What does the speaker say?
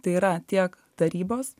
tai yra tiek tarybos